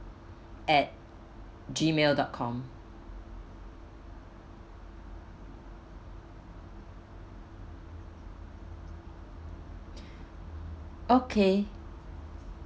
at G mail dot com okay